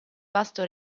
vasto